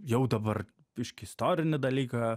jau dabar biškį istorinį dalyką